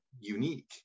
unique